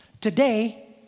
Today